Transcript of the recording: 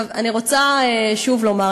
אני רוצה שוב לומר,